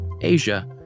Asia